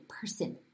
person